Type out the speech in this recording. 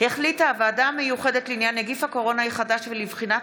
החליטה הוועדה המיוחדת לעניין נגיף הקורונה החדש ולבחינת